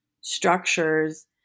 structures